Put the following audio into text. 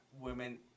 women